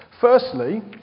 Firstly